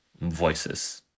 voices